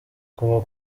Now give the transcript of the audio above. kuva